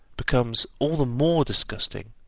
becomes all the more disgusting,